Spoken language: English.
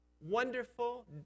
wonderful